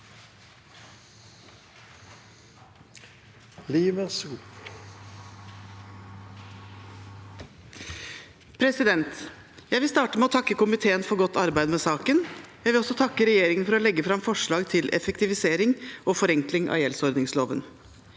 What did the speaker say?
for saken): Jeg vil starte med å takke komiteen for godt arbeid med saken. Jeg vil også takke regjeringen for at den legger fram forslag til effektivisering og forenkling av gjeldsordningsloven.